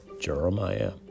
Jeremiah